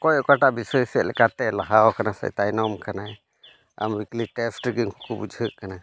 ᱚᱠᱚᱭ ᱚᱠᱟᱴᱟᱜ ᱵᱤᱥᱚᱭ ᱥᱮᱫ ᱞᱮᱠᱟᱛᱮ ᱞᱟᱦᱟ ᱟᱠᱟᱱᱟᱭ ᱥᱮ ᱛᱟᱭᱱᱚᱢ ᱟᱠᱟᱱᱟᱭ ᱟᱢ ᱨᱮᱜᱮ ᱩᱱᱠᱩᱠᱩ ᱵᱩᱡᱷᱟᱹᱜ ᱠᱟᱱᱟ